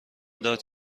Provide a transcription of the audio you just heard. داد